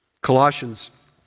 Colossians